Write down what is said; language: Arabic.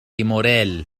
موريل